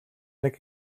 нэг